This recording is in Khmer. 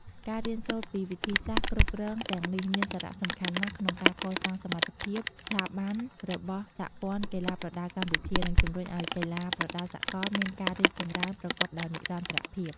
ការរៀនសូត្រពីវិធីសាស្ត្រគ្រប់គ្រងទាំងនេះមានសារៈសំខាន់ណាស់ក្នុងការកសាងសមត្ថភាពស្ថាប័នរបស់សហព័ន្ធកីឡាប្រដាល់កម្ពុជា និងជំរុញឲ្យកីឡាប្រដាល់សកលមានការរីកចម្រើនប្រកបដោយនិរន្តរភាព។